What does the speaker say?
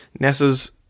NASA's